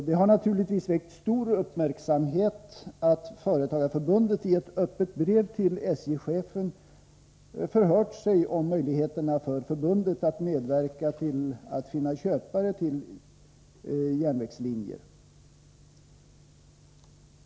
Det har naturligtvis väckt stor uppmärksamhet att Företagareförbundet i ett öppet brev till SJ-chefen förhört sig om möjligheterna för förbundet att medverka till att finna köpare till järnvägslinjer.